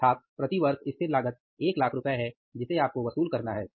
अर्थात प्रतिवर्ष स्थिर लागत ₹100000 है जिसे आपको वसूल करना है